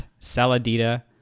saladita